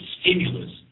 stimulus